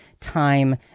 time